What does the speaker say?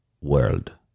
world